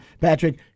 Patrick